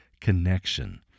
connection